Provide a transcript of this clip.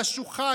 חשוכה,